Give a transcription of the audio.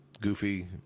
goofy